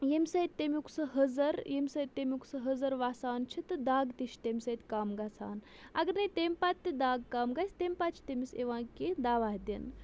ییٚمہِ سۭتۍ تَمیُک سُہ حٔزر ییٚمہِ سۭتۍ تَمیُک سُہ حٔزر وَسان چھِ تہٕ دگ تہِ چھِ تمہِ سۭتۍ کَم گَژھان اگرَے تمہِ پَتہٕ تہِ دَگ کَم گَژھِ تمہِ پَتہٕ چھِ تٔمِس یِوان کیٚنٛہہ دَوا دِنہٕ